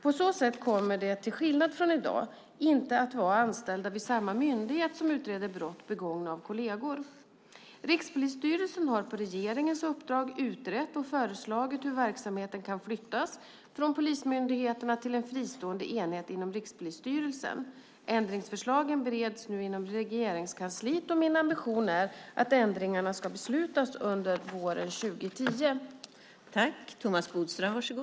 På så sätt kommer det, till skillnad från i dag, inte att vara anställda vid samma myndighet som utreder brott begångna av kolleger. Rikspolisstyrelsen har på regeringens uppdrag utrett och föreslagit hur verksamheten kan flyttas från polismyndigheterna till en fristående enhet inom Rikspolisstyrelsen. Ändringsförslagen bereds nu inom Regeringskansliet, och min ambition är att ändringarna ska beslutas under våren 2010.